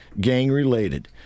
gang-related